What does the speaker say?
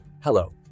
Hello